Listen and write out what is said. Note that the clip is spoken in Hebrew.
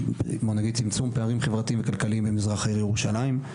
צמצום פערים חברתיים וכלכליים במזרח העיר ירושלים.